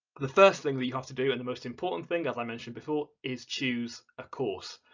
the first thing that you have to do and the most important thing, as i mentioned, before is choose a course.